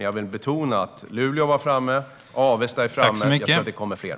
Jag vill betona att Luleå var framme, Avesta är framme, och jag tror att det kommer fler.